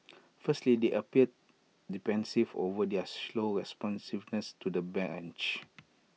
firstly they appeared defensive over their slow responsiveness to the breach